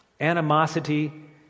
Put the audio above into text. animosity